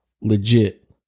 legit